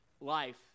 life